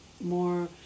more